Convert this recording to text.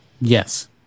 Yes